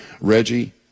Reggie